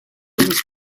whose